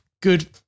good